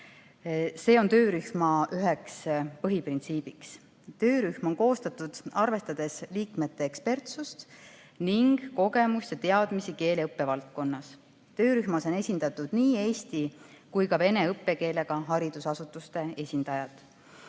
See on töörühma üheks põhiprintsiibiks. Töörühm on koostatud, arvestades liikmete ekspertsust ning kogemust ja teadmisi keeleõppe valdkonnas. Töörühmas on nii eesti kui ka vene õppekeelega haridusasutuste esindajad.